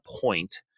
point